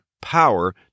power